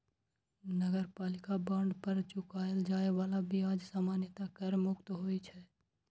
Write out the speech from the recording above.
नगरपालिका बांड पर चुकाएल जाए बला ब्याज सामान्यतः कर मुक्त होइ छै